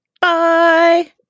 Bye